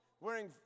Wearing